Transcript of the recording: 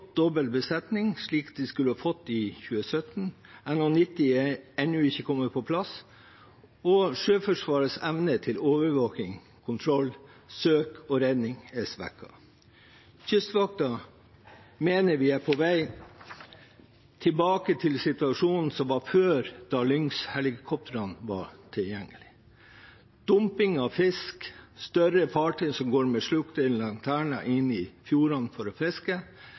dobbel besetning, slik de skulle få i 2017. NH90 er ennå ikke på plass, og Sjøforsvarets evne til overvåking, kontroll, søk og redning er svekket. Kystvakten mener vi er på vei tilbake til situasjonen som var før da Lynx-helikoptrene var tilgjengelig, med dumping av fisk, større fartøy som går med slukte lanterner inn i fjordene for å fiske,